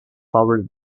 flowery